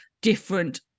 different